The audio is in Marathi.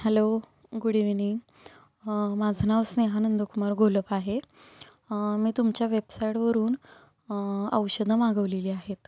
हॅलो गुड इव्हनिंग माझं नाव स्नेहा नंदकुमार घोलप आहे मी तुमच्या वेबसाईटवरून औषधं मागवलेली आहेत